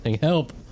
help